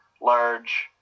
large